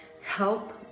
help